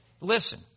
Listen